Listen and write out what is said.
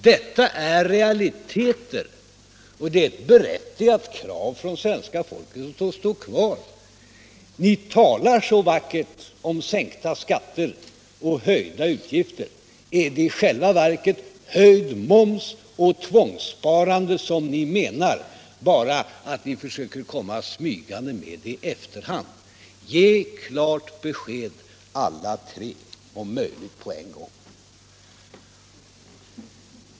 Detta är realiteter, och det är ett berättigat krav från svenska folket som står kvar. Ni talar så vackert om sänkning av skatterna och höjning av utgifterna. Är det i själva verket en höjning av momsen och tvångssparande som ni menar, bara så, att ni försöker komma smygande med det i efter hand? Ge klara besked alla tre, om möjligt på en gång.